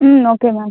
ம் okay ma'am